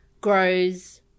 grows